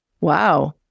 wow